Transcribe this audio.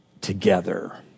together